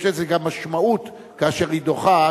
יש לזה גם משמעות כאשר היא דוחה,